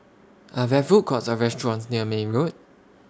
Are There Food Courts Or restaurants near May Road